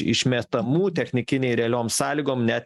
išmetamų technikiniai realiom sąlygom net